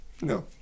No